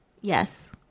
Yes